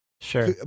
Sure